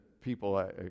people